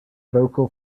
vocal